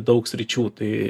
daug sričių tai